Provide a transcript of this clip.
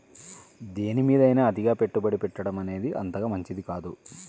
దేనిమీదైనా అతిగా పెట్టుబడి పెట్టడమనేది అంతగా మంచిది కాదు